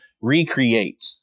recreate